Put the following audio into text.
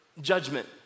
judgment